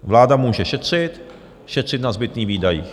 Vláda může šetřit, šetřit na zbytných výdajích.